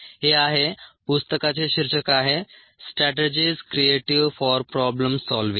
हे आहे पुस्तकाचे शीर्षक आहे strategies creative for problems solving